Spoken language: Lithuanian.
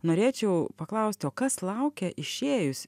norėčiau paklausti kas laukia išėjus